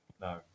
No